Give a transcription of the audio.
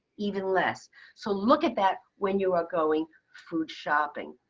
even less so look at that when you are going food shopping.